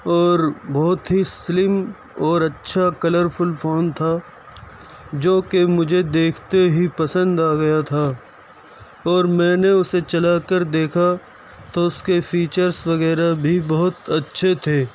اور بہت ہی سلم اور اچھا کلر فل فون تھا جو کہ مجھے دیکھتے ہی پسند آ گیا تھا اور میں نے اُسے چلا کر دیکھا تو اس کے فیچرس وغیرہ بھی بہت اچّھے تھے